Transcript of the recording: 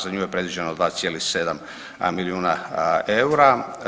Za nju je predviđeno 2,7 milijuna eura.